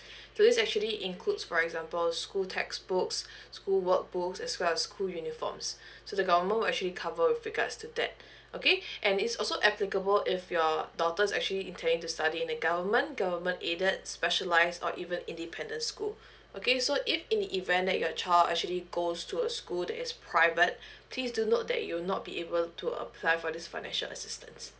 so this actually includes for example school textbooks school work books as well as school uniforms so the government will actually cover with regards to that okay and it's also applicable if your daughters actually intending to study in the government government aided specialise or even independent school okay so if in the event that your child actually goes to a school that is private please do note that you will not be able to apply for this financial assistance